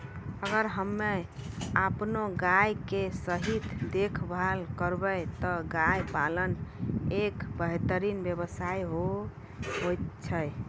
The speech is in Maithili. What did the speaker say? अगर हमॅ आपनो गाय के सही देखभाल करबै त गाय पालन एक बेहतरीन व्यवसाय होय छै